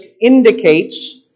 indicates